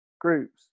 groups